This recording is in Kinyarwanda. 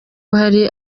hari